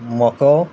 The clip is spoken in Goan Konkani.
मको